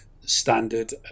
standard